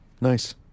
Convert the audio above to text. nice